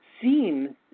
seen